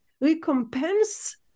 recompense